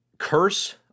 Curse